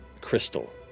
Crystal